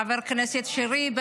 חבר הכנסת שירי.